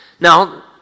Now